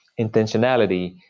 intentionality